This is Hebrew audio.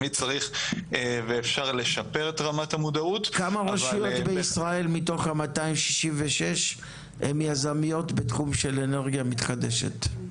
יש פתרונות טכנולוגיים --- מי מדיר אותן?